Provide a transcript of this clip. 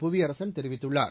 புவியரசன் தெரிவித்துள்ளார்